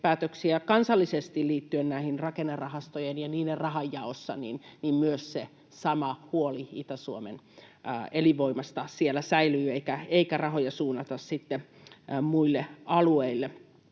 kansallisesti liittyen näihin rakennerahastoihin ja niiden rahanjakoon, se sama huoli Itä-Suomen elinvoimasta siellä säilyy eikä rahoja suunnata muille alueille,